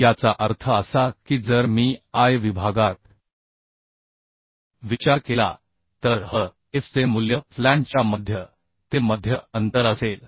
याचा अर्थ असा की जर मी आय विभागात विचार केला तर hf चे मूल्य फ्लॅंजच्या मध्य ते मध्य अंतर असेल